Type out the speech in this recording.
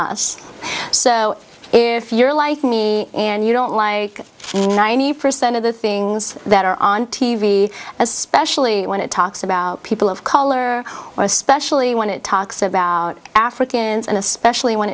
us so if you're like me and you don't like ninety percent of the things that are on t v especially when it talks about people of color or especially when it talks about africans and especially when